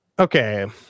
Okay